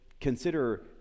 consider